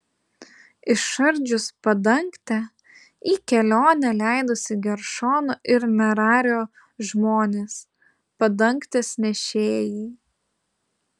išardžius padangtę į kelionę leidosi geršono ir merario žmonės padangtės nešėjai